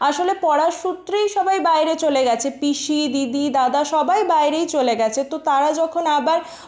আসলে পড়ার সূত্রেই সবাই বাইরে চলে গেছে পিসি দিদি দাদা সবাই বাইরেই চলে গেছে তো তারা যখন আবার